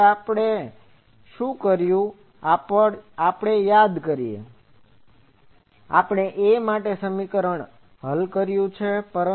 હવે આપણે શું કર્યું તે આપણે યાદ કરીએ આપણે A માટે આ સમીકરણ હલ કર્યું છે